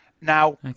now